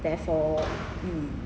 therefore mm